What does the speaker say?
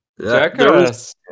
Jackass